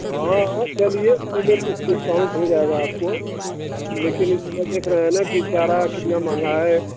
हाँ हाँ चलिए उसी में कुछ डिस्काउंट हो जाएगा आपको लेकिन इसमें देख रहे ना कि चारा कितना महँगा है